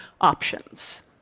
options